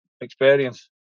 experience